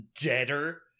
Deader